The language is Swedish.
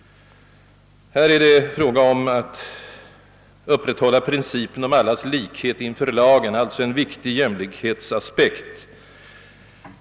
Här är det ytterst fråga om att upprätthålla principen om allas likhet inför lagen, alltså en jämlikhetsaspekt.